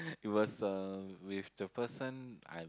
it was with the person I